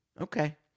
Okay